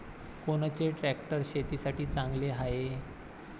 कोनचे ट्रॅक्टर शेतीसाठी चांगले हाये?